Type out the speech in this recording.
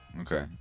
Okay